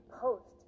post